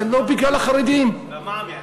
זה לא בגלל החרדים, והמע"מ יעלה.